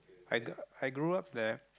I g~ I grew up there